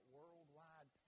worldwide